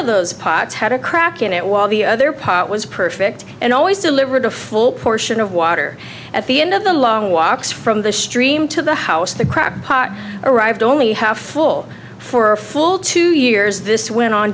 in the while the other pot was perfect and always delivered a full portion of water at the end of the long walks from the stream to the house the crack pot arrived only half full for a full two years this went on